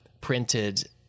printed